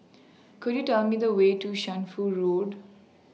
Could YOU Tell Me The Way to Shunfu Road